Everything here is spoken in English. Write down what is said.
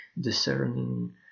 discerning